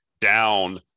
down